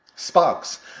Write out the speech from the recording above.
Sparks